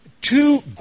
Two